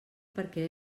perquè